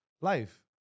life